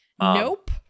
Nope